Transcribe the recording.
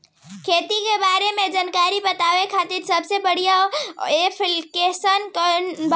खेती के बारे में जानकारी बतावे खातिर सबसे बढ़िया ऐप्लिकेशन कौन बा?